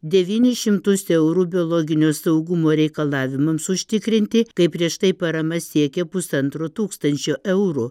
devynis šimtus eurų biologinio saugumo reikalavimams užtikrinti kai prieš tai parama siekė pusantro tūkstančio eurų